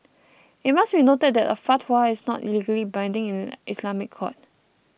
it must be noted that a fatwa is not legally binding in an Islamic court